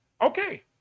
okay